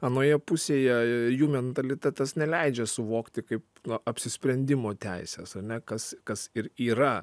anoje pusėje jų mentalitetas neleidžia suvokti kaip apsisprendimo teisės ar ne kas kas ir yra